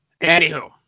Anywho